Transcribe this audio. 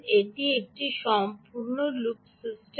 এটি একটি সম্পূর্ণ লুপ সিস্টেম